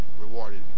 rewarded